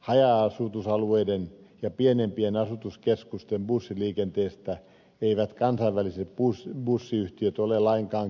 haja asutusalueiden ja pienempien asutuskeskusten bussiliikenteestä eivät kansainväliset bussiyhtiöt ole lainkaan kiinnostuneita